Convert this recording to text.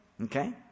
Okay